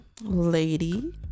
Lady